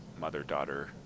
mother-daughter